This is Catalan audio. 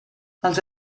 els